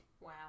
Wow